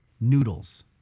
noodles